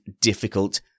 difficult